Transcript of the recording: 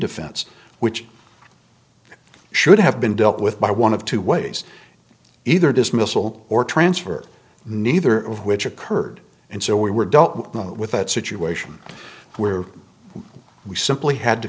defense which should have been dealt with by one of two ways either dismissal or transfer neither of which occurred and so we were dealt with a situation where we simply had to